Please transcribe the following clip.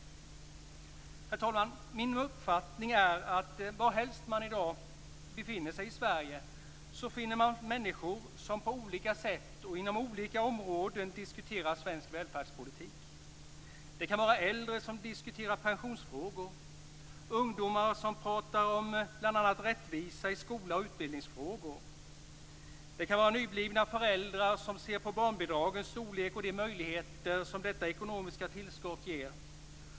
Herr talman! Min uppfattning är att varhelst man i dag befinner sig i Sverige finner man människor som på olika sätt och inom olika områden diskuterar svensk välfärdspolitik. Det kan vara äldre som diskuterar pensionsfrågor, ungdomar som pratar om bl.a. rättvisa i skolan och utbildningsfrågor. Det kan vara nyblivna föräldrar som ser på barnbidragens storlek och de möjligheter som detta ekonomiska tillskott ger.